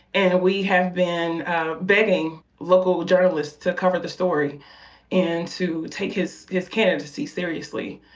and we have been begging local journalists to cover the story and to take his his candidacy seriously.